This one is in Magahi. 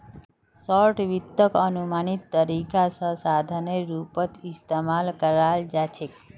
शार्ट वित्तक अनुमानित तरीका स साधनेर रूपत इस्तमाल कराल जा छेक